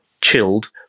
chilled